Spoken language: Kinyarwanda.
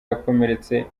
yakomeretse